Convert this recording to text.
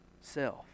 self